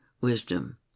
wisdom